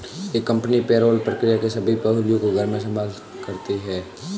एक company payroll प्रक्रिया के सभी पहलुओं को घर में संभाल सकती है